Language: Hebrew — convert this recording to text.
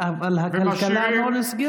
בסדר, אבל הכלכלה לא נסגרה.